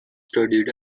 studied